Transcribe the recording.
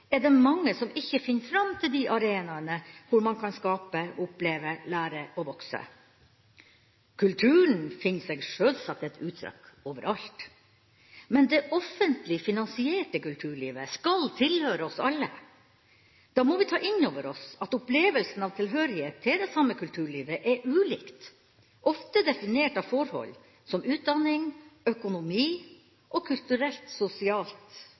er det mange som ikke finner fram til de arenaene hvor man kan skape, oppleve, lære og vokse. Kulturen finner seg sjølsagt et uttrykk over alt. Men det offentlig finansierte kulturlivet skal tilhøre oss alle. Da må vi ta inn over oss at opplevelsen av tilhørighet til det samme kulturlivet er ulik og er ofte definert av forhold som utdanning, økonomi og kulturelt sosialt